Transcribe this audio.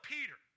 Peter